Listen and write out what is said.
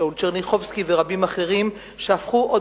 שאול טשרניחובסקי ורבים אחרים שהפכו עוד